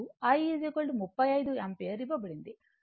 I 35 ampere ఇవ్వబడింది